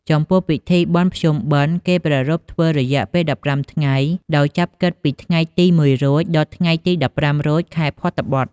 ចំពោះពិធីបុណ្យភ្ជុំបិណ្ឌគេប្រារព្ធធ្វើរយៈពេល១៥ថ្ងៃ ដោយចាប់គិតពីថ្ងៃទី០១រោច ដល់ថ្ងៃទី១៥រោច ខែភទ្របទ ។